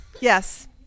Yes